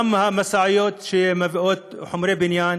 גם המשאיות שמביאות חומרי בניין,